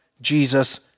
Jesus